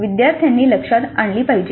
विद्यार्थ्यांनी लक्षात आणली पाहिजे